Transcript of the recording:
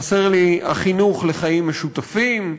חסר לי החינוך לחיים משותפים,